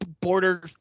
border